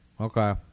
Okay